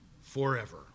forever